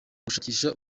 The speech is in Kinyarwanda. gushakisha